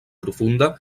profunda